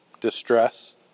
distress